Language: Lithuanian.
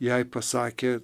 jai pasakė